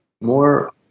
more